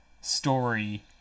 story